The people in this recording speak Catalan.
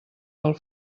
pel